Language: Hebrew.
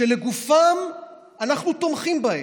לגופם אנחנו תומכים בהם,